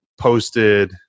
posted